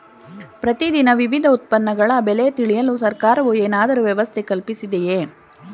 ಪ್ರತಿ ದಿನ ವಿವಿಧ ಉತ್ಪನ್ನಗಳ ಬೆಲೆ ತಿಳಿಯಲು ಸರ್ಕಾರವು ಏನಾದರೂ ವ್ಯವಸ್ಥೆ ಕಲ್ಪಿಸಿದೆಯೇ?